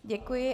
Děkuji.